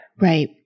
Right